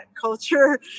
culture